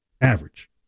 average